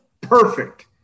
perfect